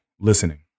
listening